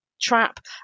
trap